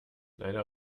leider